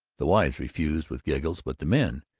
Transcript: the wives refused, with giggles, but the men,